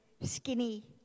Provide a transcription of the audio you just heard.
skinny